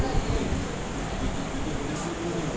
ইন্টারনেটে ইউ.পি.আই দিয়ে সঙ্গে সঙ্গে টাকা পাঠানা যাচ্ছে